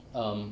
um